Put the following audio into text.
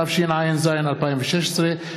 התשע"ז 2016,